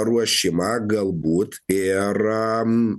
ruošimą galbūt ir